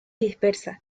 dispersa